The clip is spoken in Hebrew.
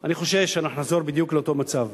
אני חושש שאנחנו נחזור בדיוק לאותו מצב,